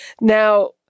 Now